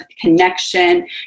connection